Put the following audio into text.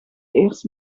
eerst